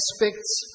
aspects